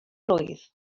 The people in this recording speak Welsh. blwydd